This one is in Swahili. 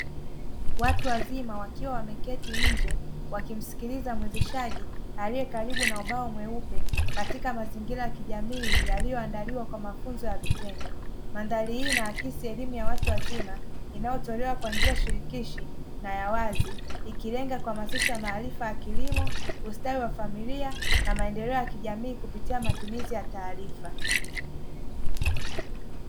Watu wazima wakiwa wameketi nje wakimsikiliza mwezeshaji aie karibu na ubao mweupe katika mazingira ya kijamii yalioyoandaliwa kwa mafunzo ya vitendo .Madhari hii inaakisi elimu ya watu wazima inayotolewa kwa njia shirikishi na ya wazi inayoenga kuhamasisha maarifa ya kilimo, ustawi wa familia na maendeleo kijamii kupitia matumizi ya taarifa.